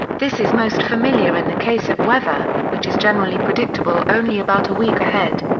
this is most familiar in the case of weather, which is generally predictable only about a week ahead.